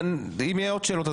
אם יהיה עוד שאלות,